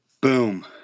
Boom